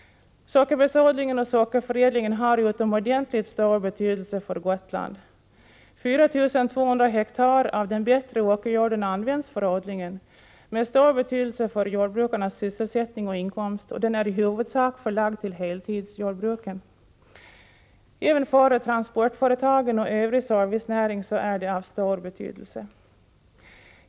Sockerbetsodlingen och sockerförädlingen har utomordentligt stor betydelse för Gotland. 4 200 hektar av den bättre åkerjorden används för odlingen, med stor betydelse för jordbrukarnas sysselsättning och inkomst, och den är i huvudsak förlagd till heltidsjordbruken. Även för transportföretagen och övrig servicenäring är det av stor betydelse.